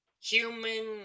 Human